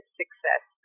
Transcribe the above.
success